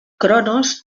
cronos